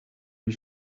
lui